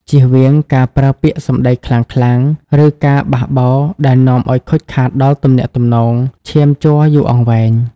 ជៀសវាងការប្រើពាក្យសម្តីខ្លាំងៗ ឬការបះបោរដែលនាំឱ្យខូចខាតដល់ទំនាក់ទំនងឈាមជ័រយូរអង្វែង។